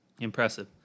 impressive